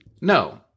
No